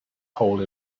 hole